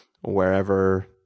wherever